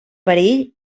perill